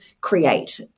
create